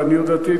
לעניות דעתי,